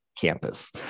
campus